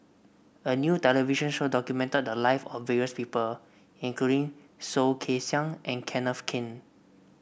a new television show documented the live of various people including Soh Kay Siang and Kenneth Keng